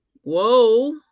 whoa